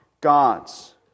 God's